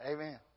Amen